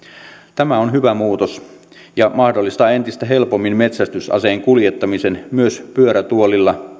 tämä on hyvä muutos ja mahdollistaa entistä helpommin metsästysaseen kuljettamisen myös pyörätuolilla